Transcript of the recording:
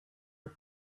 you